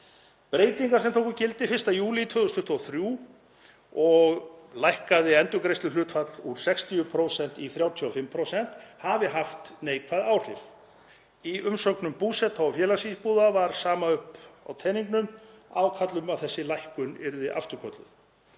Breytingar sem tóku gildi 1. júlí 2023 og lækkuðu endurgreiðsluhlutfall úr 60% í 35% hafi haft neikvæð áhrif. Í umsögnum Búseta og Félagsbústaða var sama upp á teningnum, ákall um að þessi lækkun yrði afturkölluð.